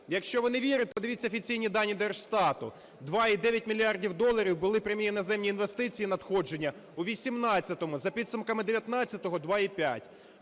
Якщо ви не вірите, ви подивіться офіційні дані Держстату: 2,9 мільярда доларів були прямі іноземні інвестиції надходження у 18-му, за підсумками 19-го – 2,5.